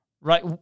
right